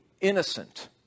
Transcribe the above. innocent